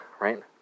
right